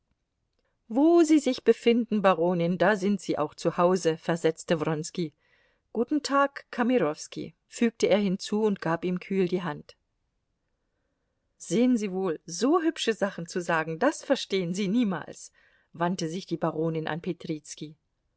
wo sie sich befinden baronin da sind sie auch zu hause versetzte wronski guten tag kamerowski fügte er hinzu und gab ihm kühl die hand sehen sie wohl so hübsche sachen zu sagen das verstehen sie niemals wandte sich die baronin an petrizki